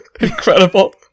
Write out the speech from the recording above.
Incredible